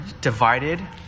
divided